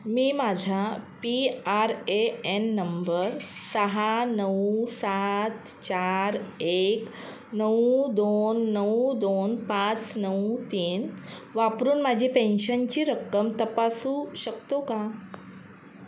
मी माझा P R A N नंबर सहा नऊ सात चार एक नऊ दोन नऊ दोन पाच नऊ तीन वापरून माझी पेन्शनची रक्कम तपासू शकतो का